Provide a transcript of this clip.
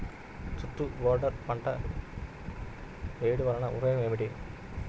చుట్టూ బోర్డర్ పంట వేయుట వలన ఉపయోగం ఏమిటి?